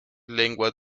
lenguas